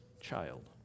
child